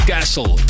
Castle